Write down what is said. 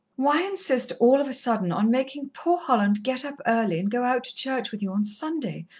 why insist all of a sudden on makin' poor holland get up early and go out to church with you on sunday,